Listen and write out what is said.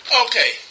Okay